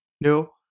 No